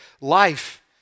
life